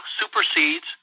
supersedes